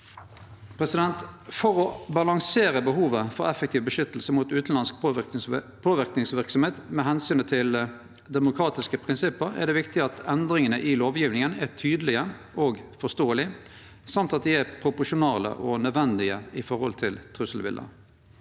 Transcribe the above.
For å balansere behovet for effektiv beskyttelse mot utanlandsk påverkingsverksemd med omsynet til demokratiske prinsipp er det viktig at endringane i lovgjevinga er tydelege og forståelege, og at dei er proporsjonale og nødvendige sett i høve til trusselbiletet.